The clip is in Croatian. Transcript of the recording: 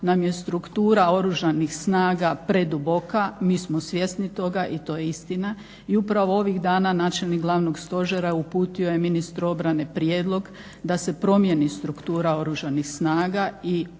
nam je struktura Oružanih snaga preduboka. Mi smo svjesni toga i to je istina i upravo ovih dana načelnik glavnog stožera uputio je ministru obrane prijedlog da se promijeni struktura Oružanih snaga i taj